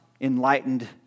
enlightened